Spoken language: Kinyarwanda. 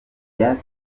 byateje